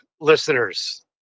listeners